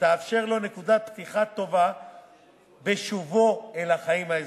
ותאפשר לו נקודת פתיחה טובה בשובו אל החיים האזרחיים.